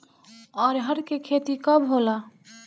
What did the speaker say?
अरहर के खेती कब होला?